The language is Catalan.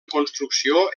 construcció